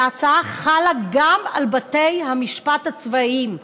שההצעה חלה גם על בתי המשפט הצבאיים,